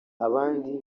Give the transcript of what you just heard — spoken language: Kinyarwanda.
abandi